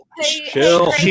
chill